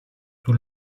tout